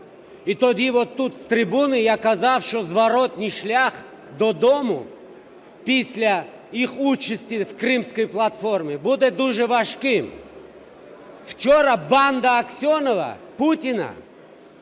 І тоді тут з трибуни я казав, що зворотній шлях додому після їх участі у Кримській платформі буде дуже важким. Вчора банда Аксьонова, Путіна